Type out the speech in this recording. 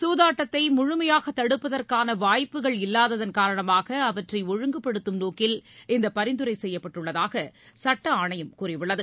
சூதாட்டத்தை முழுமையாக தடுப்பதற்கான வாய்ப்புகள் இல்லாதததன் காரணமாக அவற்றை ஒழுங்குப்டுத்தும் நோக்கில் இந்த பரிந்துரை செய்யப்பட்டுள்ளதாக சட்ட ஆணையம் கூறியுள்ளது